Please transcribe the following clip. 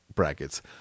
brackets